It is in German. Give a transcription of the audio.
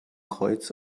kreuz